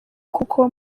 kuko